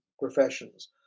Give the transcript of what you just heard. professions